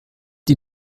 die